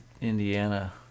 Indiana